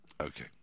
Okay